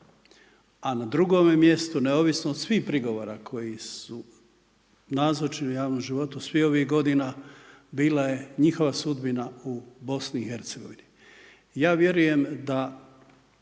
A na drugome mjestu neovisnost svih prigovora koji su nazočni u javnom životu svih ovih g. bila je njihova sudbina u BIH. Ja vjerujem da